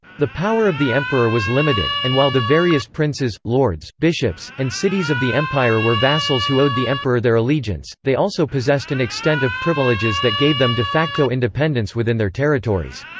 the power of the emperor was limited, and while the various princes, lords, bishops, and cities of the empire were vassals who owed the emperor their allegiance, they also possessed an extent extent of privileges that gave them de facto independence within their territories.